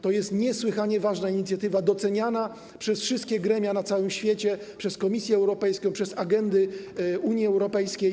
To jest niesłychanie ważna inicjatywa doceniana przez wszystkie gremia na całym świecie, przez Komisję Europejską i agendy Unii Europejskiej.